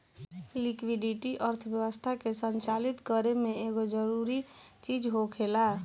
liquidity अर्थव्यवस्था के संचालित करे में एगो जरूरी चीज होखेला